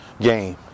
game